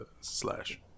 slash